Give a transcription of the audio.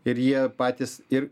ir jie patys ir